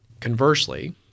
Conversely